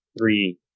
three